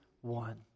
one